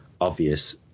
obvious